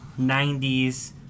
90s